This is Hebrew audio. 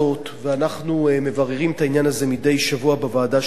ואנחנו מבררים את העניין הזה מדי שבוע בוועדה שלי,